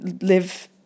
live